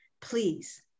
please